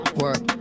work